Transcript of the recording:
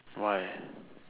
why